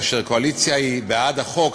כאשר הקואליציה היא בעד החוק,